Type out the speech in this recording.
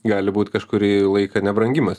gali būt kažkurį laiką nebrangimas